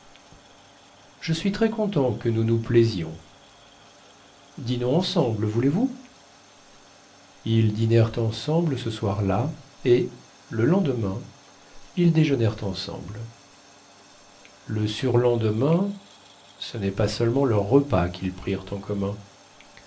je suis très content que nous nous plaisions dînons ensemble voulez-vous ils dînèrent ensemble ce soir-là et le lendemain ils déjeunèrent ensemble le surlendemain ce nest pas seulement leur repas quils prirent en commun